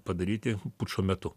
padaryti pučo metu